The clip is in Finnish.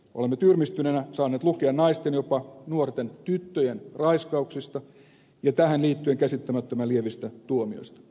olemme tyrmistyneinä saaneet lukea naisten jopa nuorten tyttöjen raiskauksista ja tähän liittyen käsittämättömän lievistä tuomioista